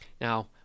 Now